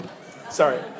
sorry